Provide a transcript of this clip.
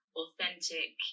authentic